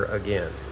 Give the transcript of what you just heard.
again